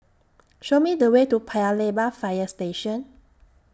Show Me The Way to Paya Lebar Fire Station